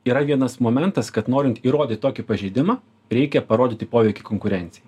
yra vienas momentas kad norint įrodyt tokį pažeidimą reikia parodyti poveikį konkurencijai